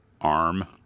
Arm